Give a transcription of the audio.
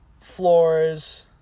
floors